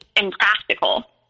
impractical